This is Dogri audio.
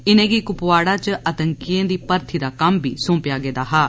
इनेंगी कुपवाड़ा च आतंकियें दी भर्थी दा कम्म बी सौंपेआ गेदा हा